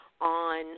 on